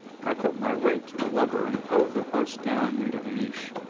i put my weight to the lever and hove the post down into the niche.